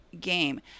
game